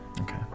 Okay